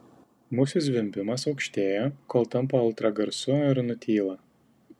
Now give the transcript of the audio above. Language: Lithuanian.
musių zvimbimas aukštėja kol tampa ultragarsu ir nutyla